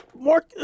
Mark